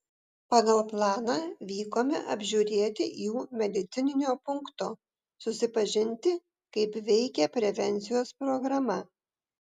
pagal planą vykome apžiūrėti jų medicininio punkto susipažinti kaip veikia prevencijos programa